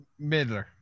Midler